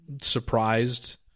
surprised